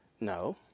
No